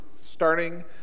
starting